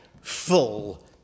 full